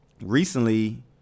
recently